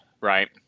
right